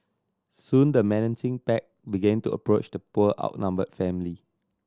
soon the menacing pack began to approach the poor outnumbered family